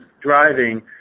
driving